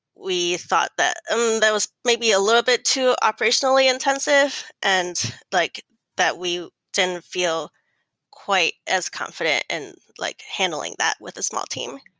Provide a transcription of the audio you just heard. we thought that um that was maybe a little bit too operationally intensive and like that we didn't feel quite as confident and like handling that with a small team.